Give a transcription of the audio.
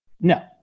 No